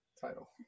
title